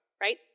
right